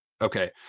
okay